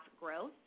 growth